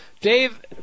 Dave